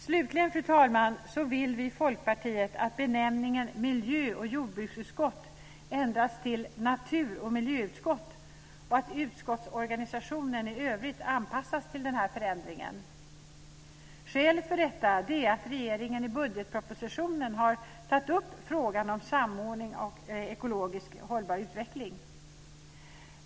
Slutligen, fru talman, vill vi i Folkpartiet att benämningen miljö och jordbruksutskott ändras till natur och miljöutskott och att utskottsorganisationen i övrigt anpassas till denna förändring. Skälet till detta är att regeringen i budgetpropositionen har tagit upp frågan om samordning och ekologiskt hållbar utveckling.